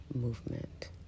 movement